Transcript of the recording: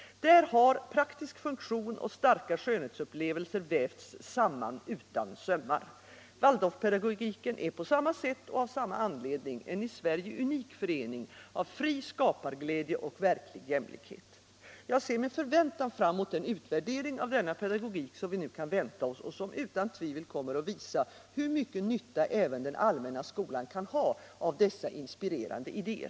Där har praktisk funktion och starka skönhetsupplevelser vävts samman utan sömmar. Waldorfpedagogiken är på samma sätt och av samma anledning en i Sverige unik förening av fri skaparglädje och verklig jämlikhet. Jag ser med förväntan fram mot den utvärdering av denna pedagogik som vi nu kan vänta oss och som utan tvivel kommer att visa hur stor nytta även den allmänna skolan kan ha av dessa inspirerande idéer.